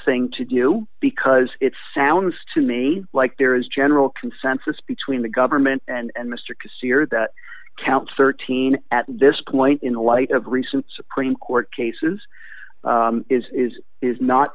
thing to do because it sounds to me like there is general consensus between the government and mr christie or that count thirteen at this point in the light of recent supreme court cases is is is not